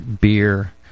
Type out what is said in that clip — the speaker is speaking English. beer